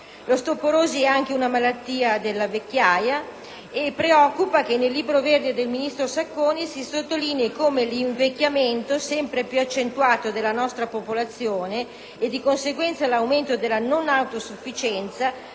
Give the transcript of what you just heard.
L'osteoporosi è anche una malattia della vecchiaia. Preoccupa che nel Libro verde del ministro Sacconi si sottolinei come l'invecchiamento sempre più accentuato della nostra popolazione, con il conseguente aumento della non autosufficienza,